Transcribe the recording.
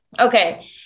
Okay